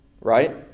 right